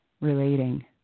relating